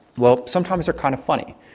well, sometimes they're kind of funny.